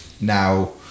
Now